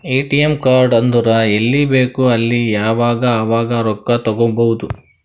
ATM card ಇದ್ದುರ್ ಎಲ್ಲಿ ಬೇಕ್ ಅಲ್ಲಿ ಯಾವಾಗ್ ಅವಾಗ್ ರೊಕ್ಕಾ ತೆಕ್ಕೋಭೌದು